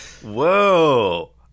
Whoa